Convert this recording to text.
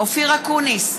אופיר אקוניס,